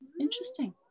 Interesting